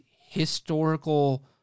historical